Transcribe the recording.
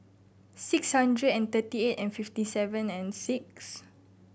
six hundred and thirty eight and fifty seven and six